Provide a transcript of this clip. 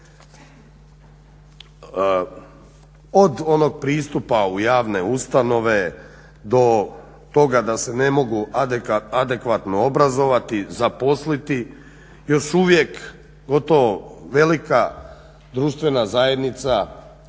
Od onog pristupa u javne ustanove do toga da se ne mogu adekvatno obrazovati, zaposliti još uvije gotovo velika društvena zajednica